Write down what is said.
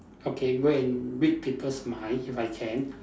okay go and read people's mind if I can